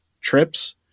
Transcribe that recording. trips